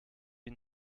ihn